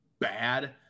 bad